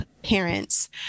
Parents